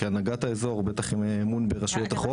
כהנהגת האזור בטח עם אמון ברשויות החוק.